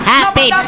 Happy